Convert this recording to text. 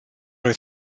oedd